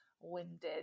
winded